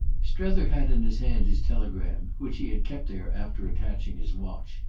strether had in his hand his telegram, which he had kept there after attaching his watch,